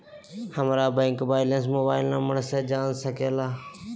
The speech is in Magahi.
हमारा बैंक बैलेंस मोबाइल नंबर से जान सके ला?